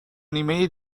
نیمه